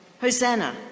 Hosanna